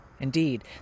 Indeed